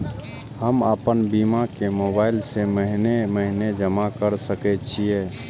हम आपन बीमा के मोबाईल से महीने महीने जमा कर सके छिये?